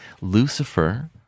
Lucifer